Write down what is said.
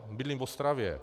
Bydlím v Ostravě.